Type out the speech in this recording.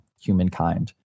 humankind